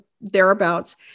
thereabouts